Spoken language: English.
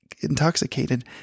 intoxicated